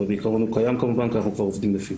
אבל בעיקרון הוא קיים כמובן כי אנחנו כבר עובדים לפיו.